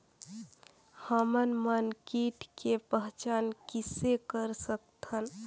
हमन मन कीट के पहचान किसे कर सकथन?